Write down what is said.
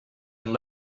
and